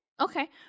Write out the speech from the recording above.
Okay